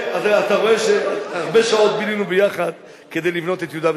הרבה שעות בילינו ביחד כדי לבנות את יהודה ושומרון.